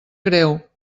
greu